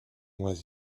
was